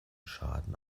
schaden